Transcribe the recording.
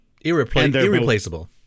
Irreplaceable